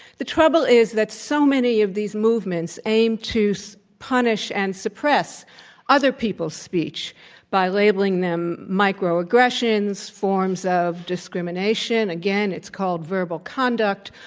the trouble is that so many of these movements aim to so punish and suppress other people's speech by labeling them micro aggressions, forms of discrimination. again it's called verbal conduct,